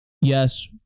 yes